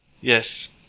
Yes